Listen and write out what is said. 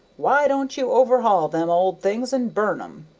why don't you overhaul them old things and burn em?